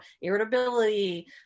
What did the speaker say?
irritability